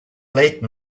late